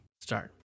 start